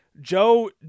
Joe